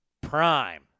Prime